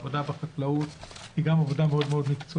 העבודה בחקלאות היא גם עבודה מאוד מקצועית,